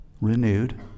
renewed